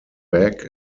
back